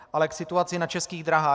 Ale k situaci na Českých dráhách.